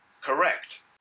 correct